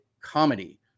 comedy